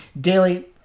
daily